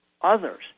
others